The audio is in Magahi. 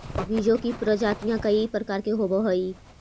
बीजों की प्रजातियां कई प्रकार के होवअ हई